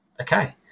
okay